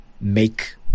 make